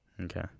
Okay